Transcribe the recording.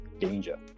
danger